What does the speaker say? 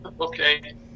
okay